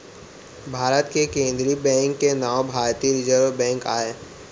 भारत के केंद्रीय बेंक के नांव भारतीय रिजर्व बेंक आय